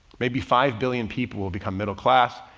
maybe five billion people will become middle-class.